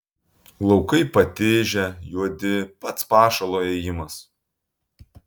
laukai patižę juodi pats pašalo ėjimas